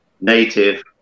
native